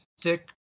thick